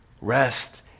Rest